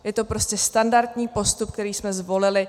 Je to prostě standardní postup, který jsme zvolili.